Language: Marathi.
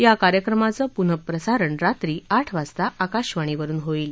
या कार्यक्रमाचं पुनःप्रसारण रात्री आठ वाजता आकाशवाणीवरुन होईल